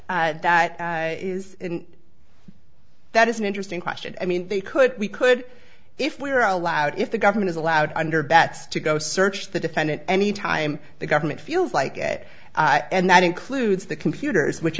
search that is that is an interesting question i mean they could we could if we were allowed if the government is allowed under bets to go search the defendant any time the government feels like it and that includes the computers which